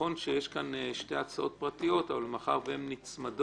נכון שיש כאן שתי הצעות פרטיות אבל מאחר שהן נצמדות